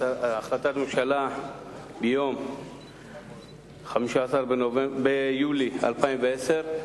החלטת הממשלה מיום 15 ביולי 2010,